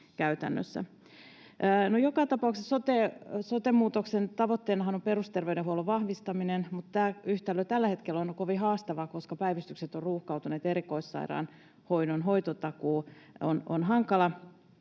joka tapauksessa sote-muutoksen tavoitteenahan on perusterveydenhuollon vahvistaminen, mutta tämä yhtälö tällä hetkellä on kovin haastava, koska päivystykset ovat ruuhkautuneet ja erikoissairaanhoidon hoitotakuu on hankala.